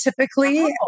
typically